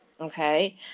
okay